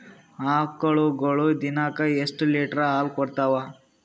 ಆಕಳುಗೊಳು ದಿನಕ್ಕ ಎಷ್ಟ ಲೀಟರ್ ಹಾಲ ಕುಡತಾವ?